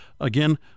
Again